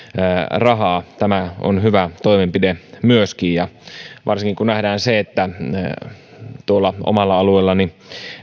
rahaa tämä on hyvä toimenpide myöskin varsinkin kun nähdään se kuten tuolla omalla alueellani